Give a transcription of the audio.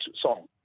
song